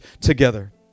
together